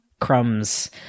crumbs